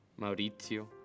Maurizio